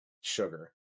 Sugar